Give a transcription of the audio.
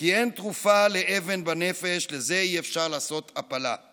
כי אין תרופה לאבן בנפש, לזה אי-אפשר לעשות הפלה /